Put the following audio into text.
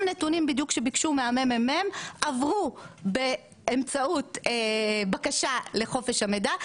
נתונים בדיוק שביקשו מהמ.מ.מ עברו באמצעות בקשה לחופש המידע,